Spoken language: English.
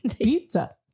Pizza